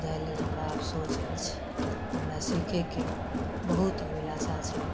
जाहि लेल हमरा सोच अछि हमरा सीखैके बहुत अभिलाषा छल